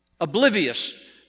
oblivious